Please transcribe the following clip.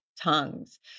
tongues